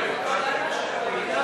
סיעת